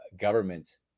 governments